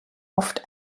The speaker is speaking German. oft